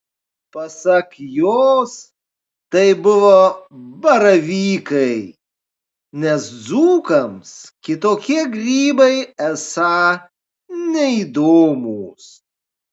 pasak jos tai buvo baravykai nes dzūkams kitokie grybai esą neįdomūs